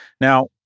Now